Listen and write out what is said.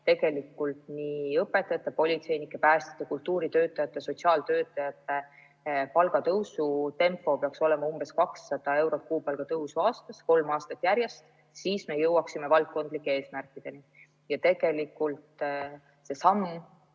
Tegelikult nii õpetajate, politseinike, päästjate, kultuuritöötajate kui ka sotsiaaltöötajate palga tõusu tempo peaks olema umbes 200 eurot kuupalga tõusu aastas, kolm aastat järjest, siis me jõuaksime valdkondlike eesmärkideni. See samm,